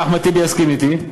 ודאי אחמד טיבי יסכים אתי.